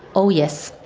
oh yes,